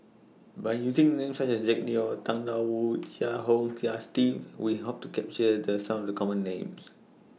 By using Names such as Zack Neo Tang DA Wu and Chia Kiah Hong Steve We Hope to capture Some of The Common Names